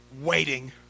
waiting